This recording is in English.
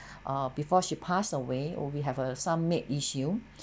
err before she passed away err we have uh some maid issue